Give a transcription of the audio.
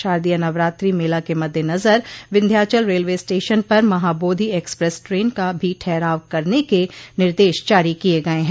शारदीय नवरात्रि मेला के मददेनजर विंध्याचल रेलवे स्टेशन पर महाबोधि एक्सप्रेस ट्रेन का भी ठहराव करने के निर्देश जारी किये गये हैं